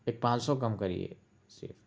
ایک پانچ سو کم کریے صرف